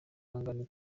ihangane